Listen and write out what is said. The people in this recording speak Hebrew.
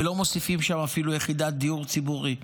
ולא מוסיפים שם אפילו יחידת דיור ציבורי אחת.